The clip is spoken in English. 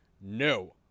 no